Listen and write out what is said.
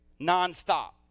nonstop